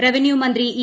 revenue മന്ത്രി E